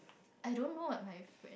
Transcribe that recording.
I don't know like my friend